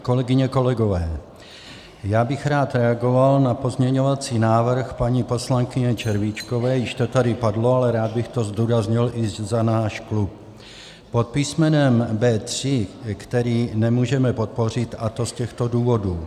Kolegyně, kolegové, já bych rád reagoval na pozměňovací návrh paní poslankyně Červíčkové již to tady padlo, ale rád bych to zdůraznil i za náš klub pod písmenem B3, který nemůžeme podpořit, a to z těchto důvodů.